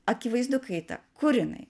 akivaizdu kaita kur jinai